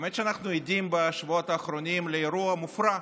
האמת היא שאנחנו עדים בשבועות האחרונים לאירוע מופרע: